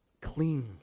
Cling